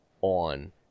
on